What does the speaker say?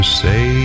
say